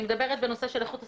אני מדברת בנושא של איכות הסביבה,